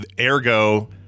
Ergo